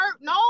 No